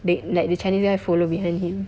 that that chinese guy follow behind him